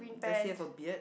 does he have a beard